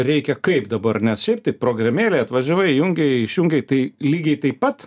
reikia kaip dabar nes šiaip tai programėlėj atvažiavai įjungei išjungei tai lygiai taip pat